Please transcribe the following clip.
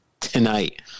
tonight